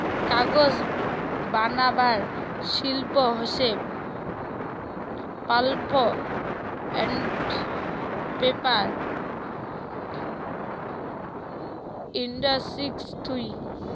কাগজ বানাবার শিল্প হসে পাল্প আন্ড পেপার ইন্ডাস্ট্রি থুই